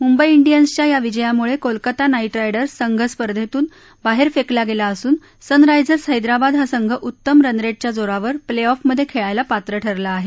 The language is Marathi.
मुंबई डियन्सच्या या विजयामुळे कोलकाता नाईट रायडर्स संघ स्पर्धेतून बाहेर फेकला गेला असून सनरा झिर्स हैदराबाद हा संघ उत्तम रन रेट च्या जोरावर प्ले ऑफ मधे खेळायला पात्र ठरला आहे